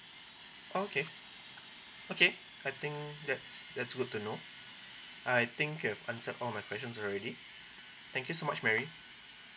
okay okay I think that's that's good to know I think you've answered all my questions already thank you so much mary